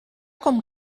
com